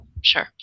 Sure